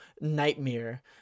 Nightmare